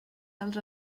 dels